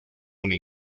una